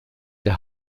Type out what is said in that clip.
der